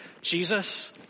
Jesus